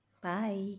Bye